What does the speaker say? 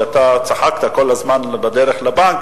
שאתה צחקת כל הזמן בדרך לבנק,